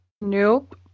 Nope